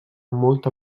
molta